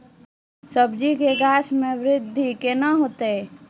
सब्जी के गाछ मे बृद्धि कैना होतै?